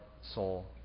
soul